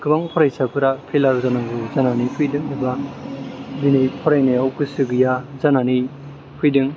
गोबां फरायसाफोरा फैलार जानांगौ जानानै फैदों एबा दिनै फरायनायाव गोसो गैया जानानै फैदों